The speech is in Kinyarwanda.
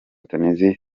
tuniziya